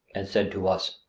and said to us,